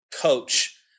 coach